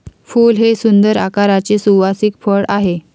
फूल हे सुंदर आकाराचे सुवासिक फळ आहे